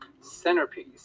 centerpiece